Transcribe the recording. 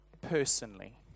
personally